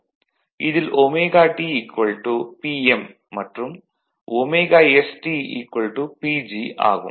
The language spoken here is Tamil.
இதில் ωT Pm மற்றும் ωsT PG ஆகும்